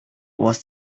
was